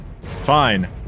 Fine